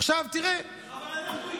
עכשיו תראה, אבל אנחנו איתך.